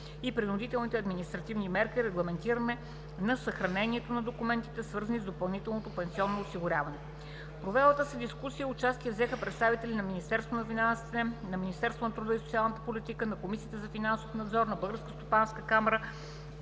и принудителните административни мерки, регламентиране на съхраняването на документите, свързани с допълнителното пенсионно осигуряване. В провелата се дискусия участие взеха представители на Министерството на финансите, Министерството на труда и социалната политика, на Комисията за финансов надзор, на Българската стопанска камара,